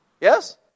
Yes